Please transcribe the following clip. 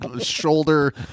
shoulder